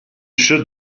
should